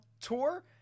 Tour